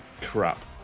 Crap